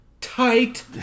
tight